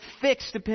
fixed